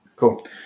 Cool